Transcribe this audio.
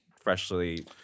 freshly